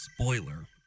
Spoiler